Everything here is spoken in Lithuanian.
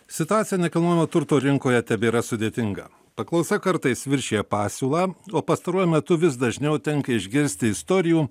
situacija nekilnojamo turto rinkoje tebėra sudėtinga paklausa kartais viršija pasiūlą o pastaruoju metu vis dažniau tenka išgirsti istorijų